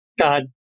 God